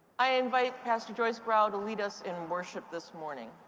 i invite pastor joyce graue to lead us in worship this morning.